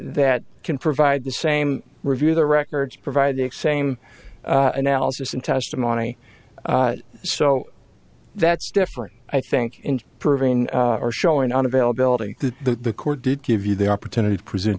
that can provide the same review the records provide the exam analysis and testimony so that's different i think in proving or showing on availability that the court did give you the opportunity to present